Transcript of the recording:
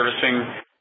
servicing